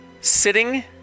sitting